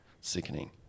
sickening